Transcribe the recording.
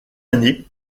année